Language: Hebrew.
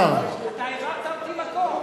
אתה העברת אותי מקום.